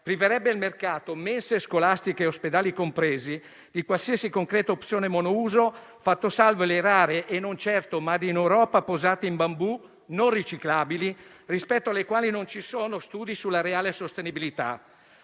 priverebbe il mercato (mense scolastiche e ospedali compresi) di qualsiasi concreta opzione monouso, fatte salve le rare e non certo *made in Europe* posate in bambù, non riciclabili, rispetto alle quali non ci sono studi sulla reale sostenibilità.